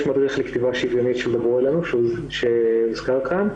יש מדריך לכתיבה שוויונית של "דברו אלינו" שהוזכר כאן,